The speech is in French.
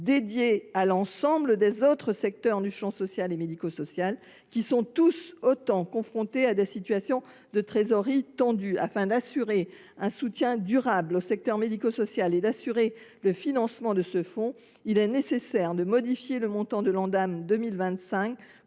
dédié à l’ensemble des secteurs du champ social et médico social, qui sont tout autant confrontés à des situations de trésorerie tendues. Afin d’assurer un soutien durable au secteur médico social et le financement de ce fonds, il est nécessaire de relever de 1,5